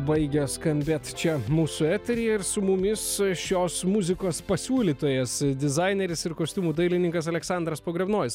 baigia skambėt čia mūsų eteryje ir su mumis šios muzikos pasiūlytojas dizaineris ir kostiumų dailininkas aleksandras pogrebnojus